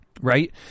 right